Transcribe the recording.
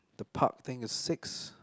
the park thing is six